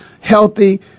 healthy